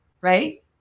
right